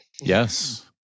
yes